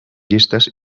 llistes